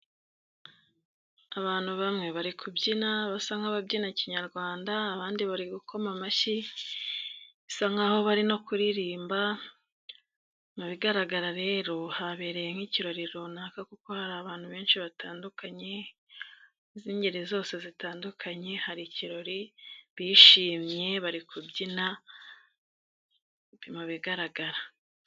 Abantu bamwe bari kubyina basa nk'ababyina kinyarwanda abandi bari gukoma amashyi, bisa nk'aho bari no kuririmba mu bigaragara rero habereye nk'ikirori runaka kuko hari abantu benshi batandukanye z'ingeri zose zitandukanye, hari ikirori bishimye bari kubyina mu bigaragara.